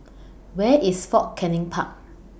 Where IS Fort Canning Park